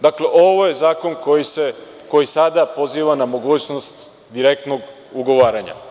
Dakle, ovo je zakon koji sada poziva na mogućnost direktnog ugovaranja.